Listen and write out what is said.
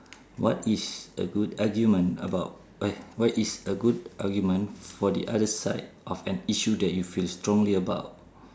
what is a good argument about eh what is a good argument for the other side of an issue that you feel strongly about